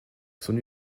son